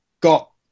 got